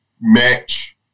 match